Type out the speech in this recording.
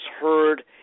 heard